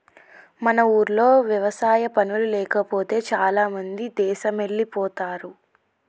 మన ఊర్లో వ్యవసాయ పనులు లేకపోతే చాలామంది దేశమెల్లిపోతారు